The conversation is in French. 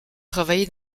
travaillé